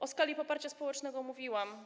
O skali poparcia społecznego mówiłam.